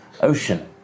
ocean